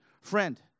Friend